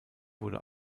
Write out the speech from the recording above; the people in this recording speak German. wurde